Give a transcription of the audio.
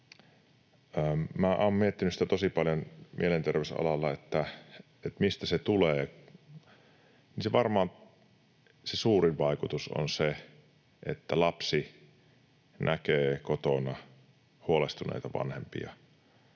Olen miettinyt sitä tosi paljon mielenterveysalalla, mistä se tulee. Varmaan se suurin vaikutus on se, että lapsi näkee kotona huolestuneita vanhempia,